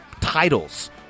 titles